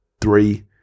three